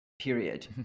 period